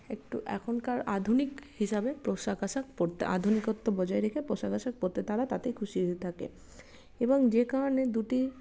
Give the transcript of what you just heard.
একটু এখনকার আধুনিক হিসাবে পোশাক আশাক পড়তে আধুনিকত্ব বজায় রেখে পোশাক আশাক পড়তে তারা তাতে খুশি থাকে এবং যে কারণে দুটি